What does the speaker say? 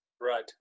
right